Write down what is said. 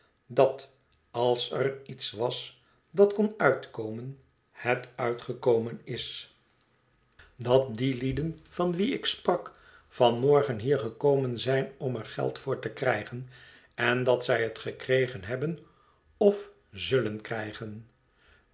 dat als er iets was dat kon uitkomen het uitgekomen is dat die lieden van wie ik sprak van morgen hier gekomen zijn om er geld voor te krijgen en dat zij het gekregen hebben of zullen krijgen